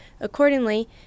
Accordingly